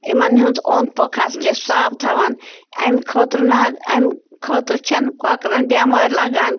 یِمَن ہِنٛز اوٚنٛد پوٚکھ حظ چھِ صاف تھاوان اَمہِ خٲطرٕ نَہ حظ اَمہِ خٲطرٕ چھَنہٕ کۄکرَن بٮ۪مٲرۍ لَگان